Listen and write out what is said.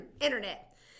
Internet